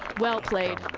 well played.